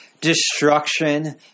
destruction